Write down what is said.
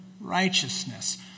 righteousness